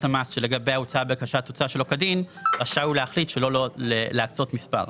המס שלגביה הוצאה בקשה תוצא שלא כדין רשאי הוא להחליט שלא להקצות מספר.